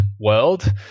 world